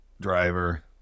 Driver